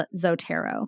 Zotero